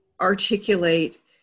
articulate